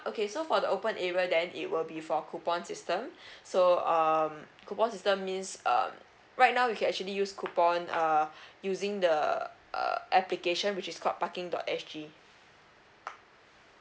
okay so for the open area then it will be for coupon system so um coupon system means um right now you can actually use coupons uh using the uh application which is called parking dot S G